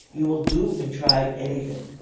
you will do and try anything,